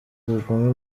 ubugome